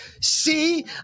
see